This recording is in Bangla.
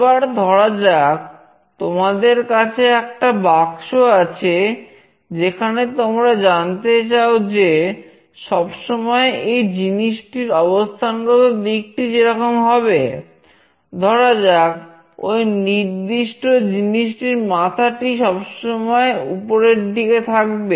এবার ধরা যাক তোমাদের কাছে একটা বাক্স আছে যেখানে তোমরা জানতে চাও যে সব সময় এই জিনিসটির অবস্থানগত দিকটি যেরকম হবে ধরা যাক ওই নির্দিষ্ট জিনিসটির মাথাটি সবসময় উপরের দিকে থাকবে